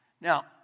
Now